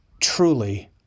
truly